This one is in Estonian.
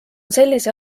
sellise